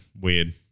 Weird